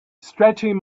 stretching